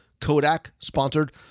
Kodak-sponsored